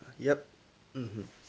yerp mmhmm